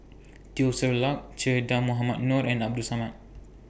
Teo Ser Luck Che Dah Mohamed Noor and Abdul Samad